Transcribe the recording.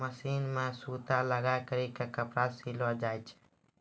machine मे सूता लगाय करी के कपड़ा सिलो जाय छै